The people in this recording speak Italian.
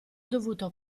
dovuto